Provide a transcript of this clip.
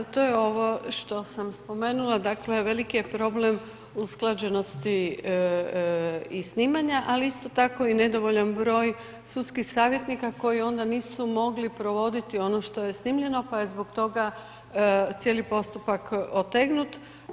Pa da, to je ovo što sam spomenula, dakle veliki je problem usklađenosti i snimanja ali isto tako i nedovoljan broj sudskih savjetnika koji onda nisu mogli provoditi ono što je snimljeno pa je zbog toga cijeli postupak otegnut.